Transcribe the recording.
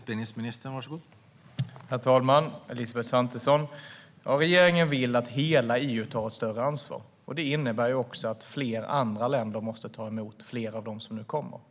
Herr talman och Elisabeth Svantesson! Regeringen vill att hela EU tar ett större ansvar, och det innebär att fler länder måste ta emot fler av dem som nu kommer.